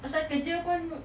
pasal kerja pun